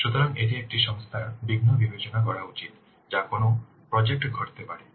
সুতরাং এটি একটি সংস্থার বিঘ্ন বিবেচনা করা উচিত যা কোনও প্রজেক্ট ঘটাতে পারে